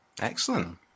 Excellent